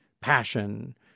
passion